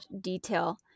detail